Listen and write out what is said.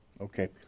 Okay